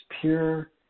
pure